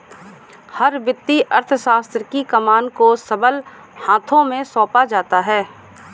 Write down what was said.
हर वित्तीय अर्थशास्त्र की कमान को सबल हाथों में सौंपा जाता है